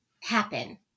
happen